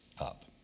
up